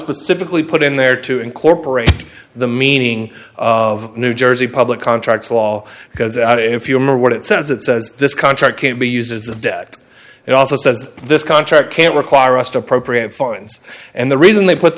specifically put in there to incorporate the meaning of new jersey public contracts law because if you remember what it says it says this contract can't be used as a debt it also says this contract can't require us to appropriate fines and the reason they put